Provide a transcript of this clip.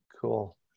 cool